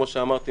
כמו שאמרתי,